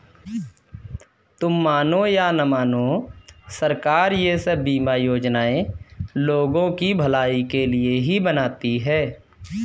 तुम मानो या न मानो, सरकार ये सब बीमा योजनाएं लोगों की भलाई के लिए ही बनाती है